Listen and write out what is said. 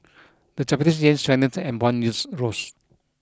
the Japanese yen strengthened and bond yields rose